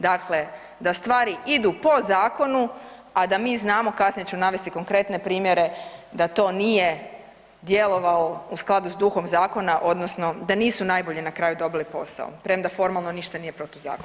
Dakle, da stvari idu po zakonu, a da mi znamo, kasnije ću navesti konkretne primjere da to nije djelovalo u skladu s duhom zakona odnosno da nisu najbolji na kraju dobili posao, premda formalno ništa nije protuzakonito.